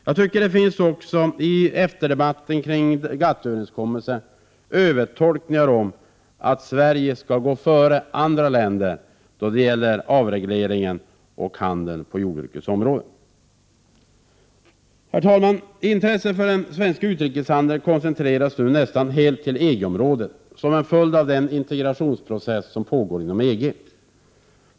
Jag tycker också att det i EFTA-debatten kring GATT-överenskommelsen finns övertolkningar om att Sverige skall gå före andra länder då det gäller avreglering av handeln på jordbrukets område. Herr talman! Intresset för svensk utrikeshandel koncentreras nu nästan helt till EG-området, som en följd av integrationsprocessen inom EG.